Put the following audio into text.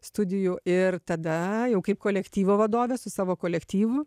studijų ir tada jau kaip kolektyvo vadovė su savo kolektyvu